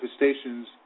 manifestations